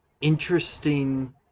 interesting